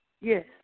yes